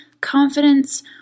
confidence